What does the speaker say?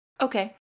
Okay